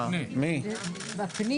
הקריטריונים,